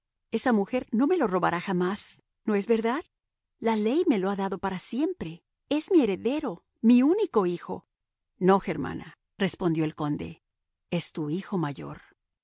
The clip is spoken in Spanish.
esa mujer no me lo robará jamás no es verdad la ley me lo ha dado para siempre es mi heredero mi único hijo no germana respondió el conde es tu hijo mayor